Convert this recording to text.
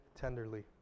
tenderly